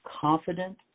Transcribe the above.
Confident